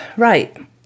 Right